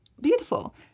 beautiful